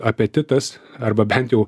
apetitas arba bent jau